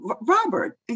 Robert